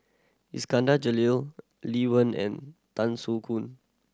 Iskandar Jalil Lee Wen and Tan Soo Khoon